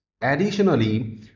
Additionally